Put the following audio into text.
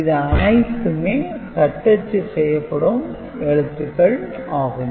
இது அனைத்துமே தட்டச்சு செய்யப்படும் எழுத்துக்கள் ஆகும்